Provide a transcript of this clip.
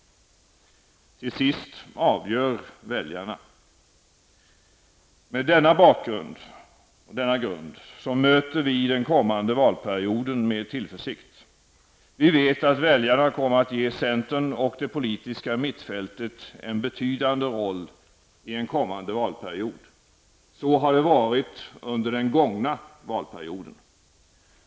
Till sist avgör väljarna. Med denna grund möter vi den kommande valperioden med tillförsikt. Vi vet att väljarna kommer att ge centern och det politiska mittfältet en betydande roll i en kommande valperiod. Så har det varit under den gångna valperioden.